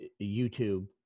YouTube